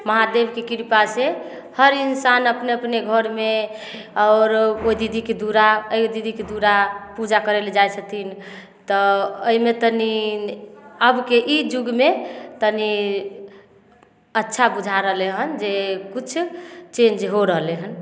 महादेवके कृपा से हर इन्सान अपने अपने घरमे आओर ओ दीदीके दुरा ओहि दीदीके दुरा पूजा करैलउ जाइ छथिन तऽ एहिमे तनि अबके ई जुगमे तनि अच्छा बुझा रहलै हन जे किछु चेन्ज हो रहलै हन